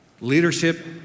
leadership